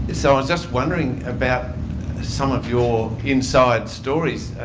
so, i was just wondering about some of your inside stories.